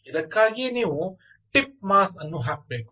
ಇದಕ್ಕಾಗಿಯೇ ನೀವು ಟಿಪ್ ಮಾಸ್ ಅನ್ನು ಹಾಕಬೇಕು